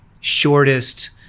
shortest